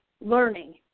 learning